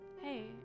Hey